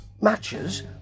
matches